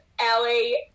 Ellie